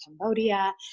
Cambodia